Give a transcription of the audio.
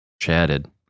chatted